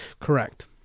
Correct